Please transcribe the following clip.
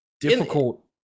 difficult